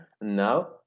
now